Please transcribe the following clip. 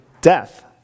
death